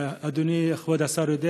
אדוני כבוד השר יודע